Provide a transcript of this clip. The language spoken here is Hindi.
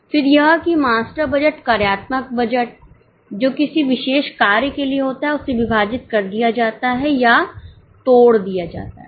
फिर यह कि मास्टर बजट कार्यात्मक बजट जो किसी विशेष कार्य के लिए होता है उसे विभाजित कर दिया जाता है या तोड़ दिया जाता है